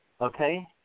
Okay